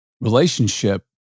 relationship